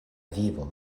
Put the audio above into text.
vivo